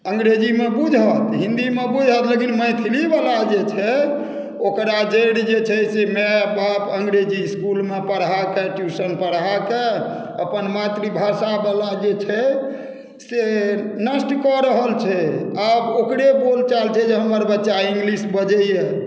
अँग्रेजी मे बुझत हिन्दी मे बुझत लेकिन मैथिली बला जे छै ओकरा जड़ि जे छै से माय बाप अँग्रेजी इसकुलमे पढ़ाकऽ ट्यूशन पढ़ाकऽ अपन मातृभाषा बला जे छै से नष्ट कऽ रहल छै आब ओकरे बोलचाल छै जे हमर बच्चा इंग्लिश बजैया